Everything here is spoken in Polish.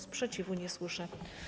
Sprzeciwu nie słyszę.